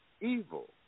evil